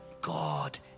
God